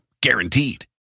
guaranteed